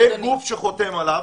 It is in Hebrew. אין גוף שחותם עליו.